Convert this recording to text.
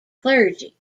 clergy